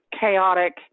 chaotic